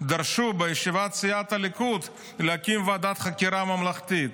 כלפי אזרחי ישראל דרשו בישיבת סיעת הליכוד להקים ועדת חקירה ממלכתית.